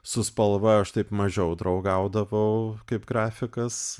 su spalva aš taip mažiau draugaudavau kaip grafikas